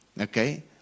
Okay